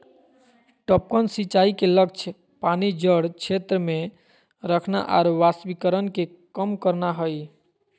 टपकन सिंचाई के लक्ष्य पानी जड़ क्षेत्र में रखना आरो वाष्पीकरण के कम करना हइ